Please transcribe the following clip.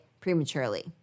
prematurely